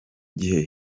gihe